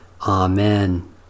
Amen